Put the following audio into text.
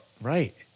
Right